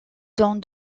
dans